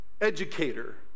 educator